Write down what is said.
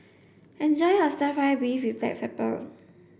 enjoy your stir fry beef with black pepper